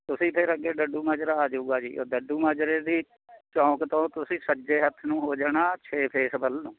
ਤੁਸੀਂ ਫਿਰ ਅੱਗੇ ਡੱਡੂ ਮਾਜਰਾ ਆ ਜੂਗਾ ਜੀ ਡੱਡੂ ਮਾਜਰੇ ਦੀ ਚੌਂਕ ਤੋਂ ਤੁਸੀਂ ਸੱਜੇ ਹੱਥ ਨੂੰ ਹੋ ਜਾਣਾ ਛੇ ਫੇਜ਼ ਵੱਲ ਨੂੰ